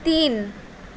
तिन